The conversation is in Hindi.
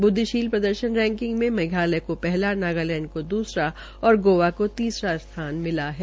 ब्द्विशली प्रदर्शन रैकिंग मे मेघालय को पहला नागालैंड को दूसरा और गोवा को तीसरा स्थान मिला है